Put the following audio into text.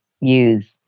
use